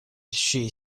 she